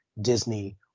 Disney